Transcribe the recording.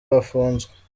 bafunzwe